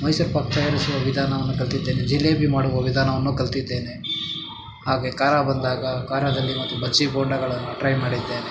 ಮೈಸೂರುಪಾಕು ತಯಾರಿಸುವ ವಿಧಾನವನ್ನು ಕಲಿತಿದ್ದೇನೆ ಜಿಲೇಬಿ ಮಾಡುವ ವಿಧಾನವನ್ನೂ ಕಲಿತಿದ್ದೇನೆ ಹಾಗೆ ಖಾರ ಬಂದಾಗ ಖಾರದಲ್ಲಿ ಮತ್ತು ಬಜ್ಜಿ ಬೋಂಡಗಳನ್ನು ಟ್ರೈ ಮಾಡಿದ್ದೇನೆ